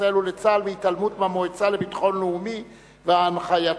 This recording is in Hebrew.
ישראל ולצה"ל בהתעלמותו מהמועצה לביטחון לאומי ובהנחייתו